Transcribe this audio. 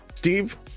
Steve